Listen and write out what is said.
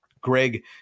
Greg